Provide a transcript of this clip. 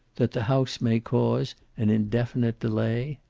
that the house may cause an indefinite delay?